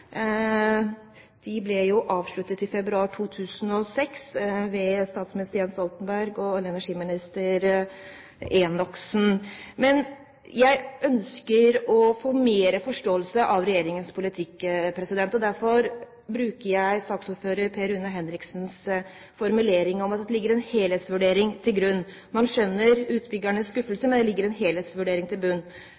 De ble avsluttet i februar 2006 ved statsminister Jens Stoltenberg og daværende olje- og energiminister Odd Roger Enoksen. Jeg ønsker å få mer forståelse av regjeringens politikk. Derfor bruker jeg saksordfører Per-Rune Henriksens formulering om at det ligger en helhetsvurdering til grunn. Man skjønner utbyggernes skuffelse,